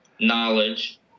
knowledge